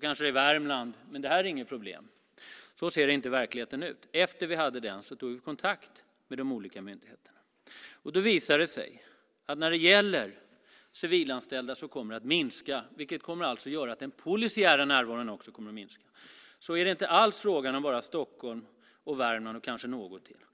kanske Värmland, men det är inget problem. Men så ser inte verkligheten ut. Efter den debatten tog vi kontakt med de olika myndigheterna. Då visade det sig att när det gäller minskning av antalet civilanställda - vilket kommer att göra att den polisiära närvaron också kommer att minska - är det inte alls fråga om bara Stockholm, Värmland och kanske något län till.